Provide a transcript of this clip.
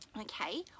Okay